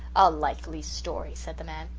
a likely story, said the man.